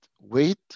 Wait